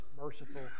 merciful